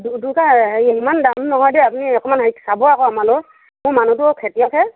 দুটা ইমান দাম নহয় দেই আপুনি অকণমান চাব আকৌ আমালৈও মোৰ মানুহটো খেতিয়কহে